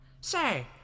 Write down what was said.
Say